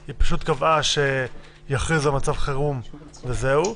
היא פשוט קבעה שיוכרז על מצב חירום וזהו.